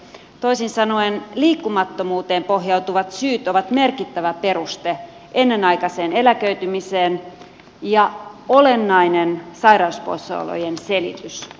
toisin sanoen liikkumattomuuteen pohjautuvat syyt ovat merkittävä peruste ennenaikaiseen eläköitymiseen ja olennainen sairauspoissaolojen selitys